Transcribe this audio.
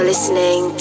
Listening